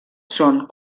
són